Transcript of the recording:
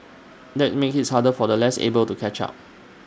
that makes his harder for the less able to catch up